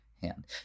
hand